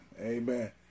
Amen